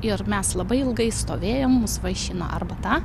ir mes labai ilgai stovėjom mus vaišino arbata